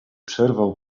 przerwał